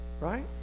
right